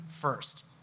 first